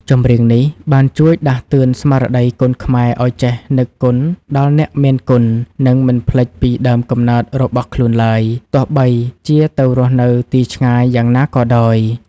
ចម្រៀងនេះ បានជួយដាស់តឿនស្មារតីកូនខ្មែរឱ្យចេះនឹកគុណដល់អ្នកមានគុណ និងមិនភ្លេចពីដើមកំណើតរបស់ខ្លួនឡើយ ទោះបីជាទៅរស់នៅទីឆ្ងាយយ៉ាងណាក៏ដោយ។